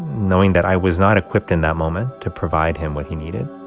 knowing that i was not equipped in that moment to provide him what he needed